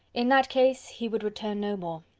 in that case he would return no more.